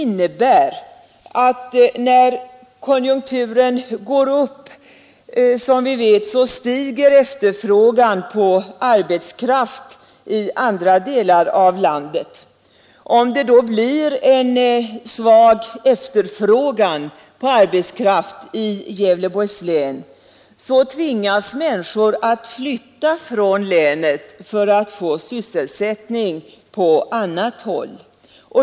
När konjunkturen går upp stiger, som vi vet, efterfrågan på arbetskraft i andra delar av landet. Om det då blir en svag efterfrågan på arbetskraft i Gävleborgs län tvingas människor att flytta från länet för att få sysselsättning på annat håll.